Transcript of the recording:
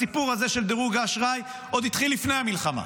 הסיפור הזה של דירוג האשראי התחיל עוד לפני המלחמה,